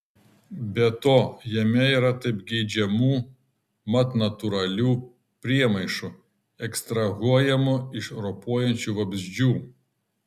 be to jame yra taip geidžiamų mat natūralių priemaišų ekstrahuojamų iš ropojančių vabzdžių